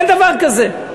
אין דבר כזה.